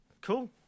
Cool